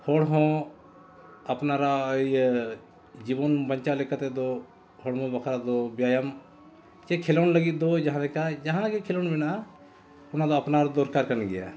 ᱦᱚᱲ ᱦᱚᱸ ᱟᱯᱱᱟᱨᱟᱜ ᱤᱭᱟᱹ ᱡᱤᱵᱚᱱ ᱵᱟᱧᱪᱟᱣ ᱞᱮᱠᱟᱛᱮᱫᱚ ᱦᱚᱲᱢᱚ ᱵᱟᱠᱷᱨᱟ ᱫᱚ ᱵᱮᱭᱟᱢ ᱥᱮ ᱠᱷᱮᱞᱳᱰ ᱞᱟᱹᱜᱤᱫ ᱫᱚ ᱡᱟᱦᱟᱸ ᱞᱮᱠᱟ ᱡᱟᱦᱟᱸ ᱜᱮ ᱠᱷᱮᱞᱳᱰ ᱢᱮᱱᱟᱜᱼᱟ ᱚᱱᱟ ᱫᱚ ᱟᱯᱱᱟᱨ ᱫᱚᱨᱠᱟᱨ ᱠᱟᱱ ᱜᱮᱭᱟ